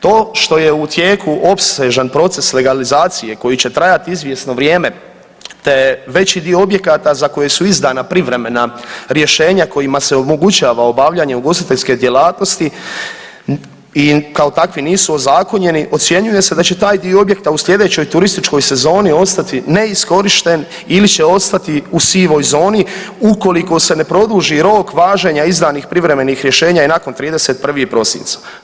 To što je u tijeku opsežan proces legalizacije koji će trajati izvjesno vrijeme, te veći dio objekata za koje su izdana privremena rješenja kojima se omogućava obavljanje ugostiteljske djelatnosti i kao takvi nisu ozakonjeni ocjenjuje se da će taj dio objekta u slijedećoj turističkoj sezoni ostati neiskorišten ili će ostati u sivoj zoni ukoliko se ne produži rok važenja izdanih privremenih rješenja i nakon 31. prosinca.